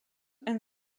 and